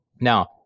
Now